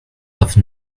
have